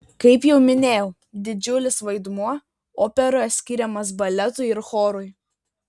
kaip jau minėjau didžiulis vaidmuo operoje skiriamas baletui ir chorui